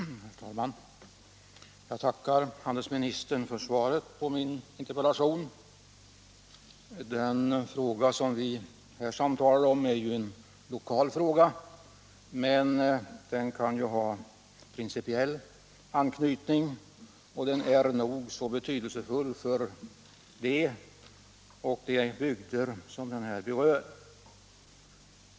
Herr talman! Jag tackar handelsministern för svaret på min interpellation. Den fråga som det här gäller är en lokal fråga, men den har principiella aspekter, och den är nog så betydelsefull för de personer och bygder som den berör.